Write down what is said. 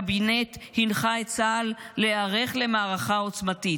הקבינט הנחה את צה"ל להיערך למערכה עוצמתית.